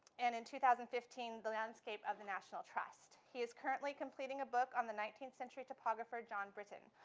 and in two thousand and fifteen, the landscape of the national trust. he is currently completing a book on the nineteenth century topographer, john britain.